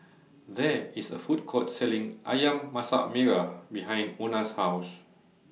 There IS A Food Court Selling Ayam Masak Merah behind Ona's House